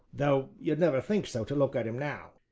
though you'd never think so to look at him now!